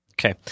Okay